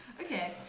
Okay